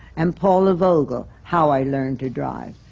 and paula vogel, how i learned to drive.